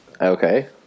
Okay